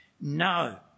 No